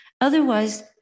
Otherwise